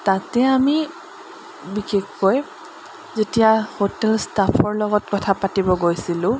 তাতে আমি বিশেষকৈ যেতিয়া হোটেল ষ্টাফৰ লগত কথা পাতিব গৈছিলোঁ